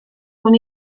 con